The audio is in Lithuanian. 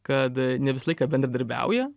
kad ne visą laiką bendradarbiauja